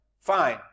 Fine